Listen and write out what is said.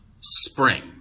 spring